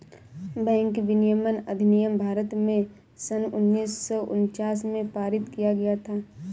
bank विनियमन अधिनियम भारत में सन उन्नीस सौ उनचास में पारित किया गया था